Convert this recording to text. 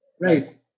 Right